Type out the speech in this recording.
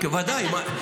ודאי.